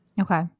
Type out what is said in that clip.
Okay